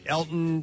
Elton